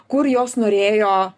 kur jos norėjo